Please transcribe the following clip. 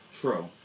True